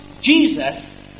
Jesus